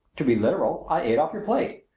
to be literal, i ate off your plate.